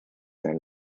then